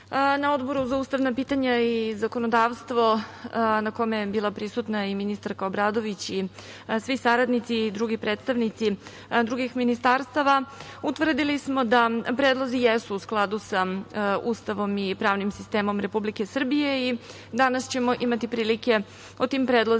na Odboru za ustavna pitanja i zakonodavstvo, na kome je bila prisutna i ministarska Obradović i svi saradnici i predstavnici drugih ministarstava, utvrdili smo da predlozi jesu u skladu sa Ustavom i pravnim sistemom Republike Srbije i danas ćemo imati prilike o tim predlozima